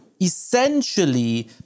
essentially